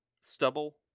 stubble